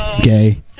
Gay